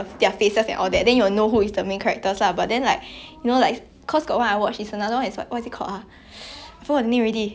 forgot the name already what yeah it's the one with the who's that I don't like you know or not her name is what !wah! I can't remember the name